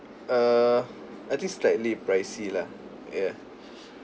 err I think slightly pricey lah ya